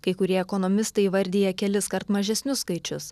kai kurie ekonomistai įvardija keliskart mažesnius skaičius